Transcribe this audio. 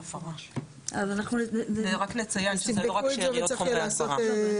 רק לציין שזה לא רק שאריות חומרי הדברה.